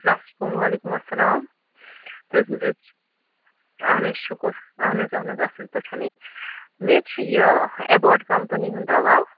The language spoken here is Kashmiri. اسلام علیکُم وعلیکُم اَسلام اہَن حظ شُکُر اہن حظ اہن حظ اَصٕل پٲٹھٮ۪نٕے مےٚ حظ چھُ یہِ اٮ۪باٹ کَمپٔنی ہُنٛد دوا